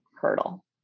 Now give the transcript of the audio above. hurdle